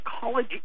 College